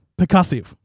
Percussive